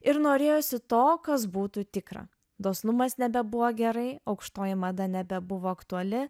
ir norėjosi to kas būtų tikra dosnumas nebebuvo gerai aukštoji mada nebebuvo aktuali